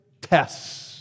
tests